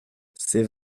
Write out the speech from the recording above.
c’est